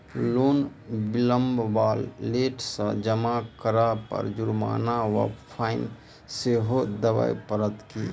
Loan विलंब वा late सँ जमा करै पर जुर्माना वा फाइन सेहो देबै पड़त की?